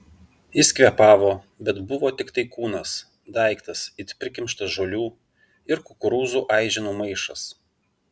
jis kvėpavo bet buvo tiktai kūnas daiktas it prikimštas žolių ir kukurūzų aiženų maišas